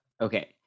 okay